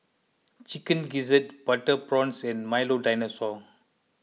Chicken Gizzard Butter Prawns and Milo Dinosaur